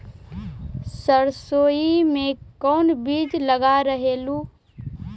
सरसोई मे कोन बीज लग रहेउ?